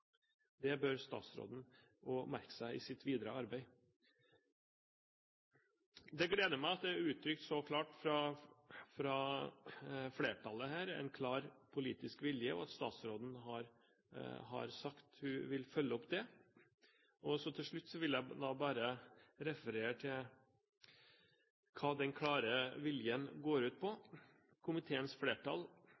Det bør statsråden også merke seg i sitt videre arbeid. Det gleder meg at det er uttrykt så klart fra flertallet her en klar politisk vilje, og at statsråden har sagt hun vil følge det opp. Til slutt vil jeg bare referere til hva den klare viljen går ut på.